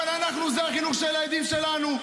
אבל אנחנו, זה החינוך של הילדים שלנו.